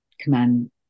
command